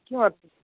किम्